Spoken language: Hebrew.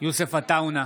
יוסף עטאונה,